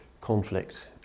conflict